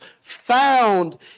found